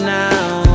now